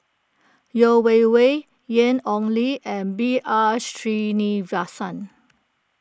Yeo Wei Wei Ian Ong Li and B R Sreenivasan